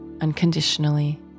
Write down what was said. unconditionally